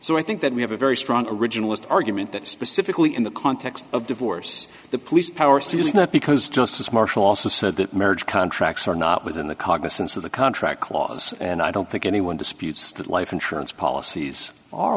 so i think that we have a very strong originalist argument that specifically in the context of divorce the police power so it's not because justice marshall also said that marriage contracts are not within the cognizance of the contract clause and i don't think anyone disputes that life insurance policies are